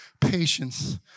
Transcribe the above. patience